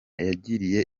yagiriye